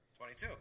22